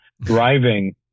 driving